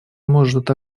может